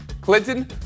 Clinton